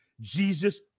jesus